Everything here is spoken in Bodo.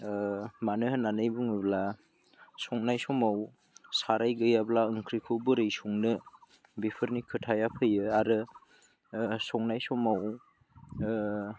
मानो होननानै बुङोब्ला संनाय समाव साराय गैयाब्ला ओंख्रिखौ बोरै संनो बेफोरनि खोथाया फैयो आरो संनाय समाव